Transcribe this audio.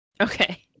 Okay